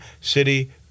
City